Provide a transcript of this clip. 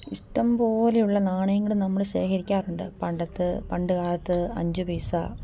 ഇഷ്ടം പോലെയുള്ള നാണയങ്ങൾ നമ്മൾ ശേഖരിക്കാറുണ്ട് പണ്ടത്ത് പണ്ട് കാലത്ത് അഞ്ച് പൈസ